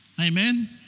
Amen